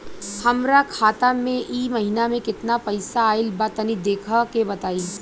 हमरा खाता मे इ महीना मे केतना पईसा आइल ब तनि देखऽ क बताईं?